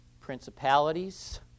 principalities